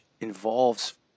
involves